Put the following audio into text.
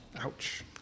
Ouch